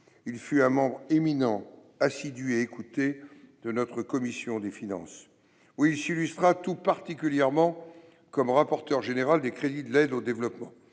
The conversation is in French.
Il fut un membre éminent, assidu et écouté, de notre commission des finances, où il s'illustra tout particulièrement comme rapporteur spécial des crédits de l'aide au développement.